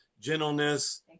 gentleness